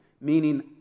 meaning